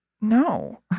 No